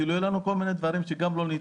יהיו לנו כל מיני דברים שלא ניתן לאכוף.